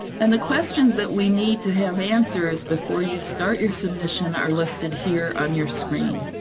and the questions that we need to have answers before you start your submission are listed here on your screen.